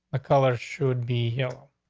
color should be hill.